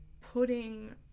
putting